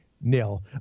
nil